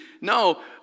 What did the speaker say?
No